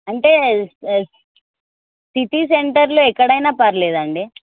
అంటే సిటీ సెంటర్లో ఎక్కడైనా పర్లేదండి